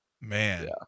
man